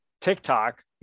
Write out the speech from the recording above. TikTok